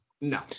no